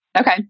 Okay